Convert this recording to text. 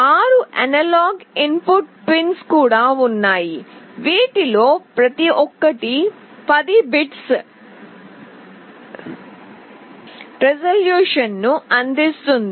6 analog input pins కూడా ఉన్నాయి వీటిలో ప్రతి ఒక్కటి 10 బిట్స్ రిజల్యూషన్ ను అందిస్తుంది